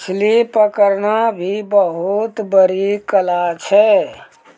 मछली पकड़ना भी बहुत बड़ो कला छै